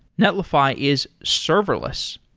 netlify is serverless.